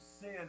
sin